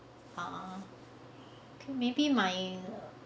ah maybe my